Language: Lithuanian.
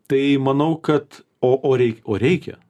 tai manau kad o o rei o reikia